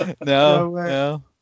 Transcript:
No